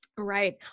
Right